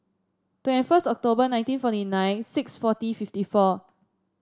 twenty first October nineteen forty nine six fourteen fifty four